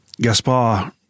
Gaspar